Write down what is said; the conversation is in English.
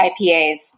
IPAs